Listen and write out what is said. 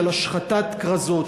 של השחתת כרזות,